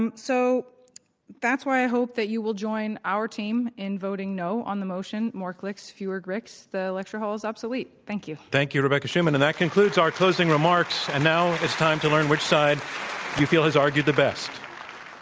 um so that's why i hope that you will join our team in voting, no, on the motion, more clicks, fewer bricks the lecture hall is obsolete. thank you. thank you, rebecca schuman. and that concludes our closing remarks, and now, at this time, to learn which side you feel has argued the best.